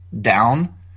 down